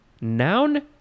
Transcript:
Noun